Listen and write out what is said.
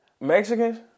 Mexicans